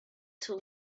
till